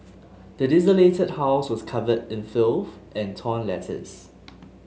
the desolated house was covered in filth and torn letters